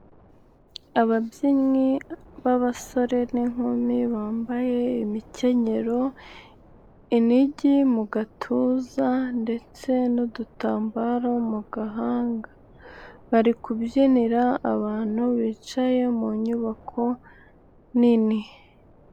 Ababyinnyi b'abasore n'inkumi bambaye imikenyero, inigi mu gatuza, ndetse n'udutambaro mu gahanga. Bari kubyinira abantu bicaye mu nyubako, nini.